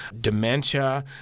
dementia